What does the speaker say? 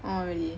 oh really